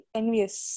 envious